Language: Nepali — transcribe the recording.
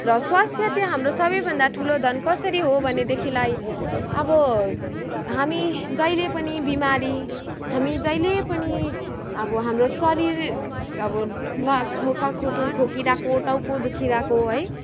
र स्वास्थ्य चाहिँ हाम्रो सबैभन्दा ठुलो धन कसरी हो भनेदेखिलाई अब हामी जहीले पनि बिमारी हामी जहिले पनि अब हाम्रो शरीर अब न खाँ खाँ खुँ खुँ खोकिरहेको टाउको दुखिरहेको है